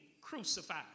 crucified